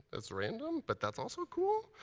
that's random, but that's also cool.